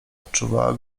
odczuwała